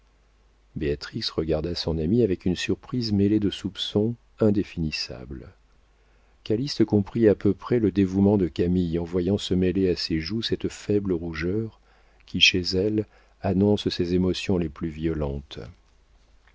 béatrix regarda son amie avec une surprise mêlée de soupçons indéfinissables calyste comprit à peu près le dévouement de camille en voyant se mêler à ses joues cette faible rougeur qui chez elle annonce ses émotions les plus violentes